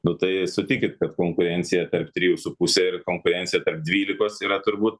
nu tai sutikit kad konkurencija tarp trijų su puse ir konkurencija tarp dvylikos yra turbūt